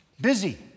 Busy